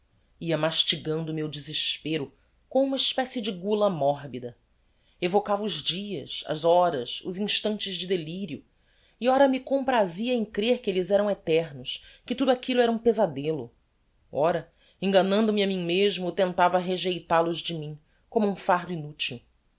ia mastigando o meu desespero com uma especie de gula morbida evocava os dias as horas os instantes de delirio e ora me comprazia em crer que elles eram eternos que tudo aquillo era um pesadelo ora enganando me a mim mesmo tentava rejeital os de mim como um fardo inutil